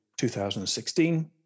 2016